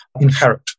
inherit